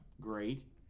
Great